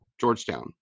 Georgetown